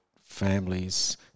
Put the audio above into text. families